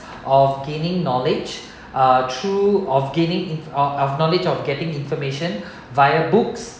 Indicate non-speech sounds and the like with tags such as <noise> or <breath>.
of gaining knowledge uh through of gaining inf~ of knowledge of getting information <breath> via books